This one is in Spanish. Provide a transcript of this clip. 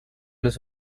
los